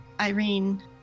Irene